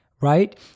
right